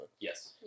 Yes